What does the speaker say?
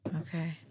Okay